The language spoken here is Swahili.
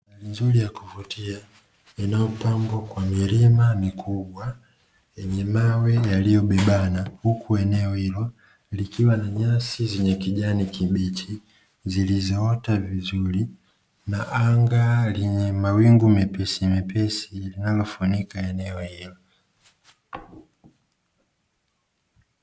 Nzuri ya kuvutia inayopambwa kwa milima mikubwa, yenye mawe yaliyobebana huku eneo hilo likiwa na nyasi zenye kijani kibichi, zilizoota vizuri na anga lenye mawingu mepesi mepesi linalofunika eneo hilo.